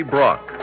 Brock